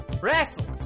Wrestle